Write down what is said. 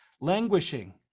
languishing